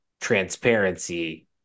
transparency